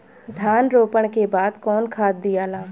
धान रोपला के बाद कौन खाद दियाला?